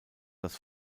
das